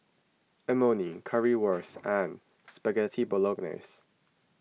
Imoni Currywurst and Spaghetti Bolognese